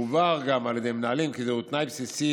הובהר גם על ידי מנהלים כי זהו תנאי בסיסי,